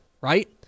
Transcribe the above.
Right